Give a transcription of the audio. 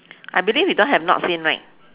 I believe you don't have not seen line